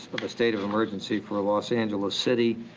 of a state of emergency for los angeles city